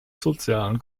sozialen